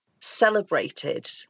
celebrated